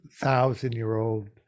thousand-year-old